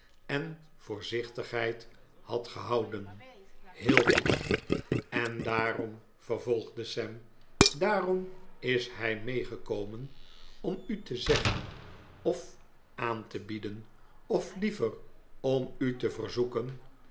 en voorzichtigheid had gehouden heel goed en daarom vervolgde sam daarom is hij meegekomen om u te zeggen of aan te bieden of liever om u te verzoeken